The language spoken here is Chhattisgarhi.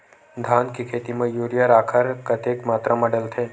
धान के खेती म यूरिया राखर कतेक मात्रा म डलथे?